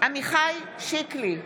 עמיחי שיקלי,